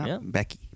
Becky